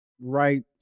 right